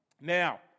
Now